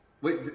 Wait